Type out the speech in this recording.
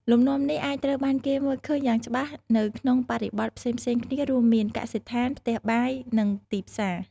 លំនាំនេះអាចត្រូវបានគេមើលឃើញយ៉ាងច្បាស់នៅក្នុងបរិបទផ្សេងៗគ្នារួមមាន កសិដ្ឋាន ផ្ទះបាយ និងទីផ្សារ។